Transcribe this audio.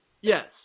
Yes